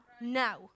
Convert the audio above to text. now